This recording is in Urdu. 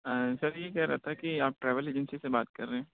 سر یہ کہہ رہا تھا کہ آپ ٹریول ایجنسی سے بات کر رہے ہیں